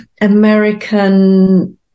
American